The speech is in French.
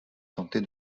tenter